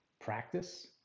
practice